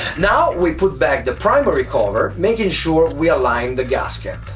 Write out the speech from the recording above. now we put back the primary cover making sure we align the gasket.